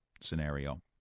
scenario